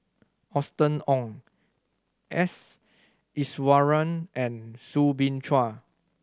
Austen Ong S Iswaran and Soo Bin Chua